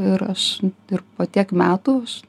ir aš ir po tiek metų aš